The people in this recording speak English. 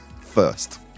first